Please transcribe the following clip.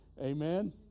Amen